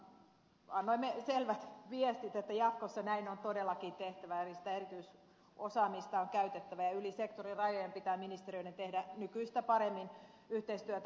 mutta annoimme selvät viestit että jatkossa näin on todellakin tehtävä eli sitä erityisosaamista on käytettävä ja yli sektorirajojen pitää ministeriöiden tehdä nykyistä paremmin yhteistyötä